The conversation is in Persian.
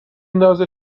ندازه